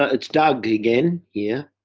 ah it's doug again, here.